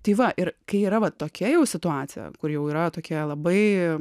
tai va ir kai yra va tokia jau situacija kur jau yra tokia labai